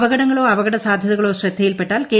അപകടങ്ങളോ അപകട സാധൃതകളോ ശ്രദ്ധയിൽപ്പെട്ടാൽ കെ